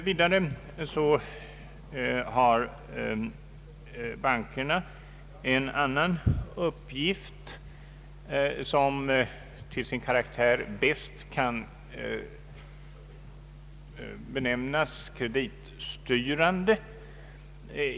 Vidare har, säger man, bankerna en annan uppgift, som till sin karaktär bäst kan betecknas som kreditstyrande.